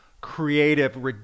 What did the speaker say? creative